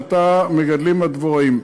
שאותה מגדלים הדבוראים.